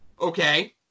okay